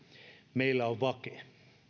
meillä on vake